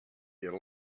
you